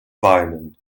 violin